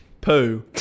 poo